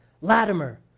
Latimer